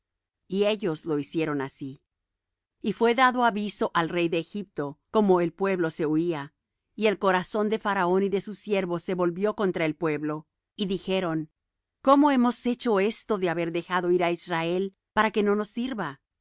y ellos lo hicieron así y fué dado aviso al rey de egipto cómo el pueblo se huía y el corazón de faraón y de sus siervos se volvió contra el pueblo y dijeron cómo hemos hecho esto de haber dejado ir á israel para que no nos sirva